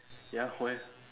ya why